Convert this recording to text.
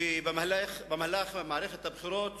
שבמהלך מערכת הבחירות